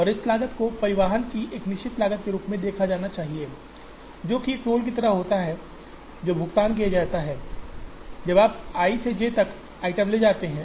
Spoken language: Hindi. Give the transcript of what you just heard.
और इस लागत को परिवहन की एक निश्चित लागत के रूप में देखा जाना चाहिए जो कि एक टोल की तरह होता है जो भुगतान किया जाता है जब आप आई से जे तक आइटम ले जाते हैं